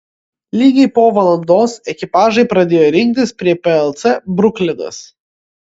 lygiai po valandos ekipažai pradėjo rinktis prie plc bruklinas